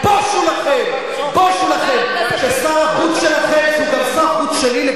בושו לכם, בושו לכם, למה הארגונים האלה לא